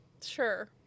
Sure